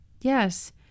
Yes